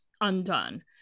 undone